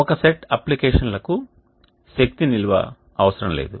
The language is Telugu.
ఒక సెట్ అప్లికేషన్లకు శక్తి నిల్వ అవసరం లేదు